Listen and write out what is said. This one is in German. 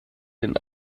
den